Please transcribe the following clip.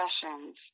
sessions